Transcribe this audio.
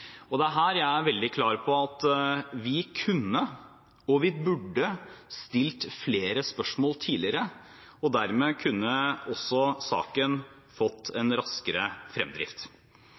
er her jeg er veldig klar på at vi kunne og vi burde stilt flere spørsmål tidligere, og dermed kunne saken fått en raskere fremdrift.